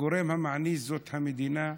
הגורם המעניש זאת המדינה,